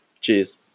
Cheers